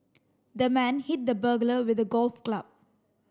the man hit the burglar with a golf club